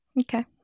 Okay